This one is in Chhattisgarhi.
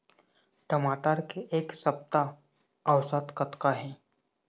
टमाटर के एक सप्ता औसत कतका हे?